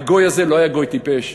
הגוי הזה לא היה גוי טיפש,